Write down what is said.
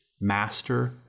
master